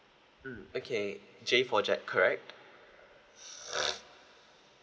mm okay J for jack correct